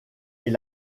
est